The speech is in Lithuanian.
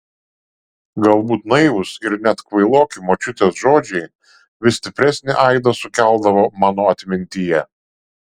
galbūt naivūs ir net kvailoki močiutės žodžiai vis stipresnį aidą sukeldavo mano atmintyje